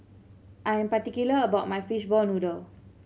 I am particular about my fishball noodle